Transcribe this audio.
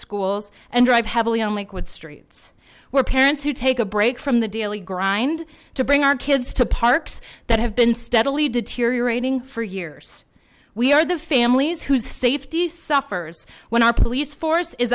schools and drive heavily only quit streets where parents who take a break from the daily grind to bring our kids to parks that have been steadily deteriorating for years we are the families whose safety suffers when our police force is